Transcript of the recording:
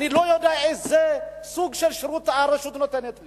אני לא יודע איזה סוג של שירות הרשות נותנת לי.